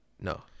No